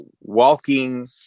walking